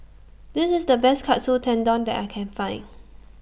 This IS The Best Katsu Tendon that I Can Find